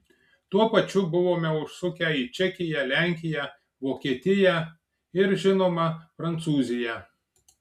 tuo pačiu buvome užsukę į čekiją lenkiją vokietiją ir žinoma prancūziją